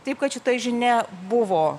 taip kad šita žinia buvo